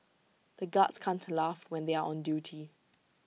the guards can't laugh when they are on duty